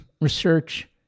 research